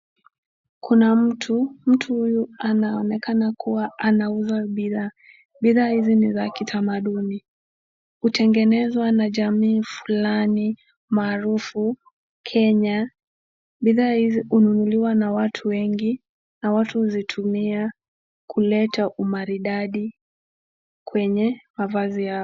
Kuna mtu. Mtu huyu anaonekana kuwa anauza bidhaa. Bidhaa hizi ni za kitamaduni. Hutengenezwa na jamii fulani maarufu Kenya. Bidhaa hizi hununuliwa na watu wengi na watu huzitumia kuleta umaridadi kwenye mavazi yao.